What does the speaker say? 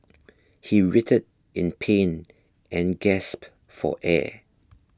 he writhed in pain and gasped for air